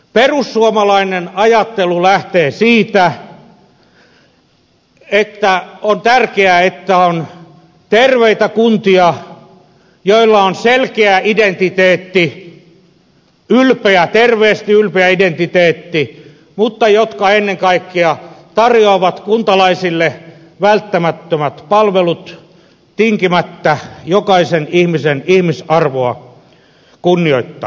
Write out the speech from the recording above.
perussuomalainen ajattelu lähtee siitä että on tärkeää että on terveitä kuntia joilla on selkeä identiteetti terveesti ylpeä identiteetti mutta jotka ennen kaikkea tarjoavat kuntalaisille välttämättömät palvelut tinkimättä jokaisen ihmisen ihmisarvoa kunnioittaen